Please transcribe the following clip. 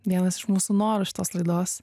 vienas iš mūsų norų šitos laidos